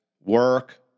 work